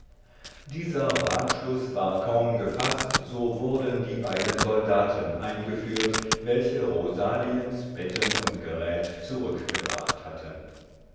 dieser ratschluß war kaum gefaßt so wurden die beiden soldaten eingeführt welche rosaliens betten und gerät zurückgebracht hatten